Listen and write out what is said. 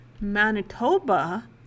Manitoba